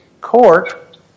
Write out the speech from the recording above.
court